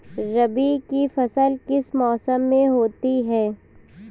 रबी की फसल किस मौसम में होती है?